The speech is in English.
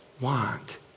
want